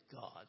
God